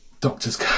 doctor's